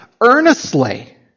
earnestly